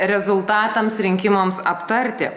rezultatams rinkimams aptarti